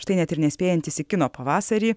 štai net ir nespėjantys į kino pavasarį